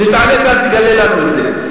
כשתעלה כאן, תגלו לנו את זה.